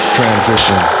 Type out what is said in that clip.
Transition